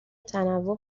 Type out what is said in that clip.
تنوع